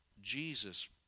Jesus